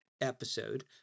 episode